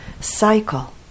cycle